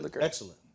excellent